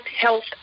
health